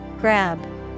Grab